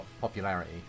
popularity